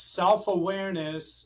self-awareness